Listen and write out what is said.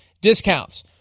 discounts